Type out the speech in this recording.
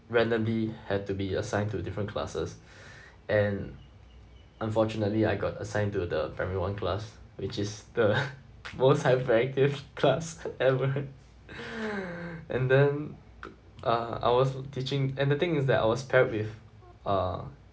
randomly had to be assigned to different classes and unfortunately I got assigned to the primary one class which is the most hyperactive class ever and then uh I was teaching and the thing is that I was paired with uh